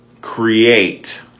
create